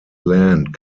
land